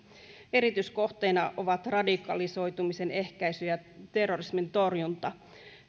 erityiskohteena ovat radikalisoitumisen ehkäisy ja terrorismin torjunta